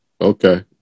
Okay